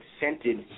scented